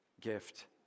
gift